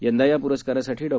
यंदा या प्रस्कारासाठी डॉ